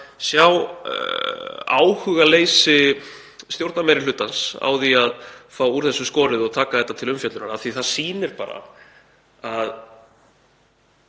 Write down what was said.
sjá áhugaleysi stjórnarmeirihlutans á því að fá úr þessu skorið og taka þetta til umfjöllunar. Það sýnir bara að